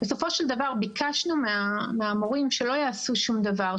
בסופו של דבר ביקשנו מהמורים שלא יעשו שום דבר,